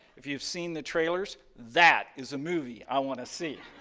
if you've seen the trailers, that is a movie i want to see.